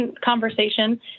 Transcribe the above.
conversation